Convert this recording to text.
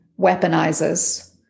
weaponizes